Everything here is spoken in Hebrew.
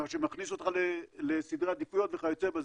מה שנכניס אותך לסדרי עדיפויות וכיוצא בזה.